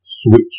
switch